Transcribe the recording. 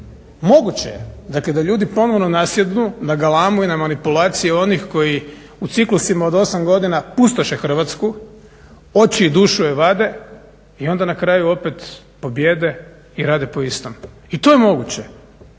Moguće je, dakle, da ljudi ponovno nasjednu na galamu i na manipulaciju onih koji u ciklusima od 8 godina pustoše Hrvatsku, oči i dušu joj vade i onda na kraju opet pobjede i rade po istom. I to je moguće.